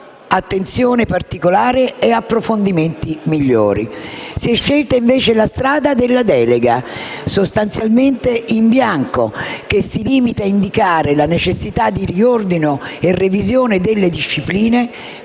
attenzione particolare e approfondimenti migliori. Si è scelta invece la strada della delega sostanzialmente in bianco, che si limita a indicare la necessità di riordino e revisione delle discipline,